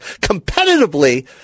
competitively